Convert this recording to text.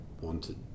wanted